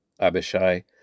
Abishai